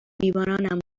بیمارانم